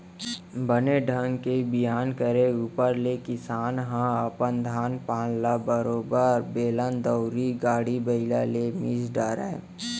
बने ढंग के बियान करे ऊपर ले किसान ह अपन धान पान ल बरोबर बेलन दउंरी, गाड़ा बइला ले मिस डारय